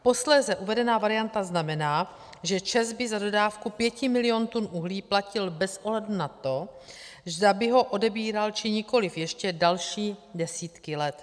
Posléze uvedená varianta znamená, že ČEZ by za dodávku 5 milionů tun uhlí platil bez ohledu na to, zda by ho odebíral, či nikoliv ještě další desítky let.